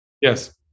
Yes